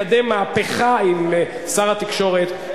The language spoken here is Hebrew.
לקדם מהפכה עם שר התקשורת,